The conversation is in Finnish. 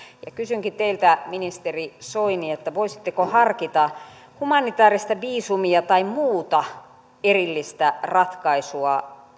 kysynkin teiltä ministeri soini voisitteko harkita humanitaarista viisumia tai muuta erillistä ratkaisua